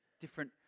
different